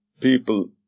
people